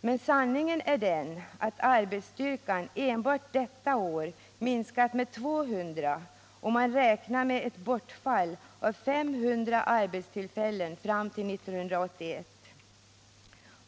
Men sanningen är den att arbetsstyrkan enbart detta år har minskats med 200, och man räknar med ett bortfall av 500 arbetstillfällen fram till 1981.